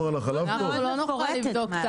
אנחנו לא יכולים לבדוק את